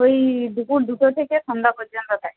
ওই দুপুর দুটো থেকে সন্ধ্যা পর্যন্ত থাকে